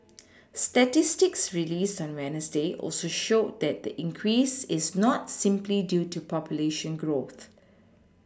statistics released on wednesday also showed that the increase is not simply due to population growth